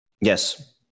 Yes